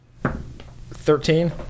Thirteen